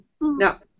Now